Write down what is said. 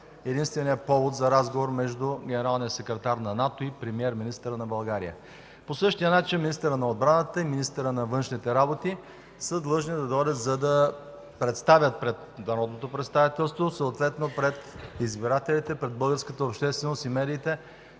единственият повод за разговор между генералния секретар на НАТО и премиер-министъра на България. По същия начин министърът на отбраната и министърът на външните работи са длъжни да дойдат, за да представят пред народното представителство, съответно пред избирателите, пред българската общественост и медиите